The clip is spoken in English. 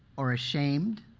or ashamed,